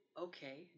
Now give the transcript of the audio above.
okay